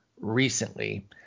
recently